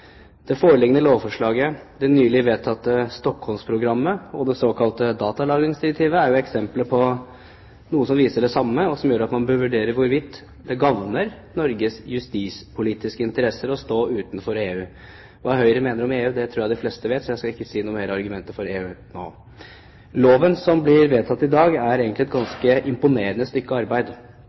Det foreliggende lovforslaget, det nylig vedtatte Stockholmsprogrammet og det såkalte datalagringsdirektivet er eksempler på noe som viser det samme, og som gjør at man bør vurdere hvorvidt det gagner Norges justispolitiske interesser å stå utenfor EU. Hva Høyre mener om EU, tror jeg de fleste vet, så jeg skal ikke komme med flere argumenter for EU nå. Loven som blir vedtatt i dag, er egentlig et ganske imponerende stykke arbeid.